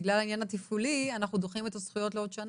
בגלל העניין התפעולי אנחנו דוחים את הזכויות לעוד שנה.